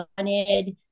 wanted